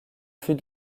fut